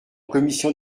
commission